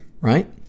right